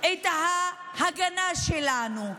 את ההגנה שלנו.